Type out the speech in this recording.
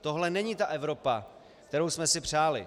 Tohle není ta Evropa, kterou jsme si přáli.